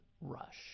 rush